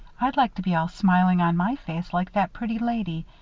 i'd like to be all smiling on my face like that pretty lady,